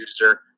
user